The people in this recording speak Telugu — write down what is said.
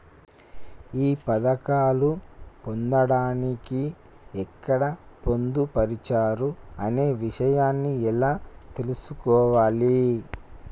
ఈ పథకాలు పొందడానికి ఎక్కడ పొందుపరిచారు అనే విషయాన్ని ఎలా తెలుసుకోవాలి?